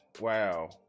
Wow